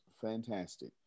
fantastic